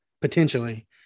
potentially